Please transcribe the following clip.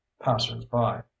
passers-by